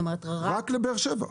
רק לבאר שבע.